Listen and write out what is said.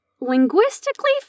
linguistically